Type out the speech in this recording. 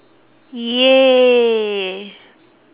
!yay!